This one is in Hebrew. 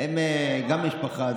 הם גם משפחה.